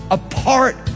apart